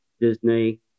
Disney